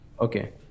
Okay